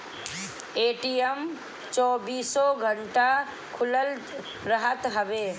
ATM चौबीसो घंटा खुलल रहत हवे